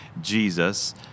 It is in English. Jesus